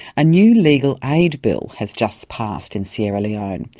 a new legal aid bill has just passed in sierra leone.